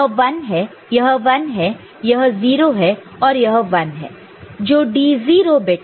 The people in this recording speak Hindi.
यह 1 है यह 1 है यह 0 है और यह 1 है जो D0 बिट है